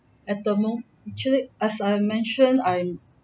at the mome~ actually as I mention I'm